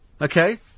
Okay